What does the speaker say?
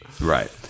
right